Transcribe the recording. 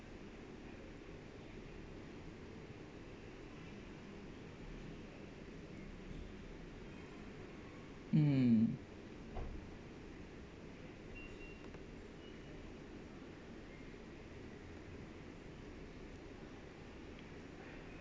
mm